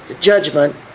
judgment